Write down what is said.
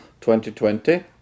2020